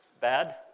bad